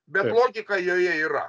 bet logika joje yra